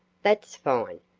that's fine!